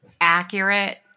accurate